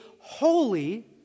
holy